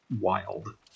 wild